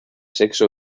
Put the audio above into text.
sexo